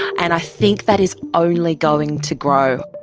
and i think that is only going to grow.